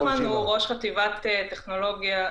מקצועית זה אנחנו --- אני לא יודע מי זה "אנחנו".